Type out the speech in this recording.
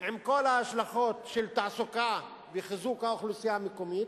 עם כל ההשלכות של תעסוקה וחיזוק האוכלוסייה המקומית,